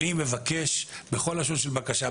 אני מבקש בכל לשון של בקשה,